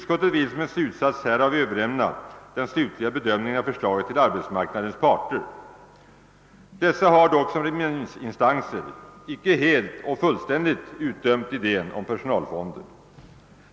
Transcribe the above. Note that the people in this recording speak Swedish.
Som en slutsats härav vill utskottet överlämna den slutliga bedömningen av förslaget till arbetsmarknadens parter, och dessa har som remissinstanser inte helt utdömt idén om personalfonder.